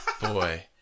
Boy